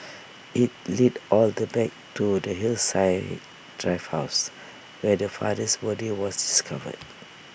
IT led all the back to the Hillside drive house where the father's body was discovered